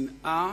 השנאה,